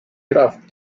draft